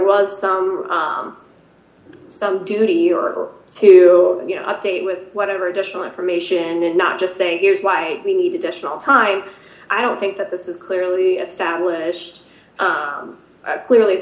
was some some duty or to update with whatever additional information and not just saying here's why we need additional time i don't think that this is clearly established clearly